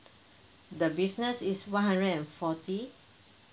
the business is one hundred and forty